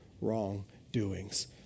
wrongdoings